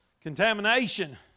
Contamination